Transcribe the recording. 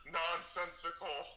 nonsensical